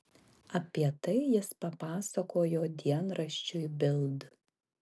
apie tai jis papasakojo dienraščiui bild